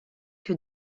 que